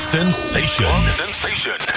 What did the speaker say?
Sensation